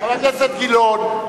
חבר הכנסת גילאון,